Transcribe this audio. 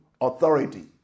authority